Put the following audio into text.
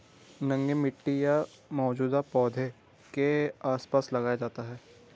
नंगे मिट्टी या मौजूदा पौधों के आसपास लगाया जाता है